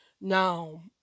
now